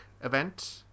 event